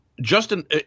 Justin